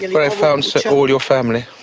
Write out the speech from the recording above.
where i found so all your family?